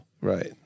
Right